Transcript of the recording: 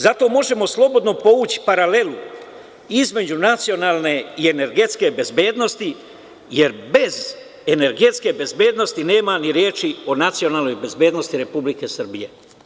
Zato možemo slobodno povući paralelu između nacionalne i energetske bezbednosti, jer bez energetske bezbednosti nema ni reči o nacionalnoj bezbednosti Republike Srbije.